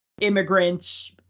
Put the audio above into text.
immigrants